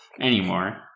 anymore